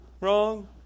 Wrong